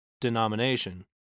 denomination